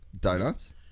Donuts